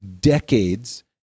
decades